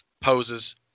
poses